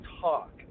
talk